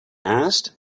asked